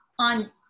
On